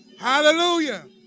hallelujah